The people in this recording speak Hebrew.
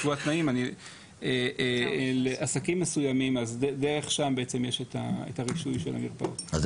לקבוע תנאים לעסקים מסוימים יש את הרישוי של המרפאות,